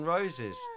Roses